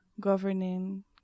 governing